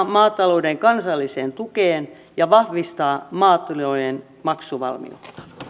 maatalouden kansalliseen tukeen ja vahvistaa maatilojen maksuvalmiutta